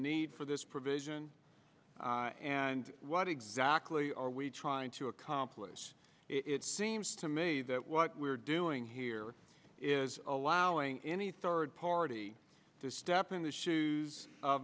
need for this provision and what exactly are we trying to accomplish it seems to me that what we're doing here is allowing any third party to step in the shoes of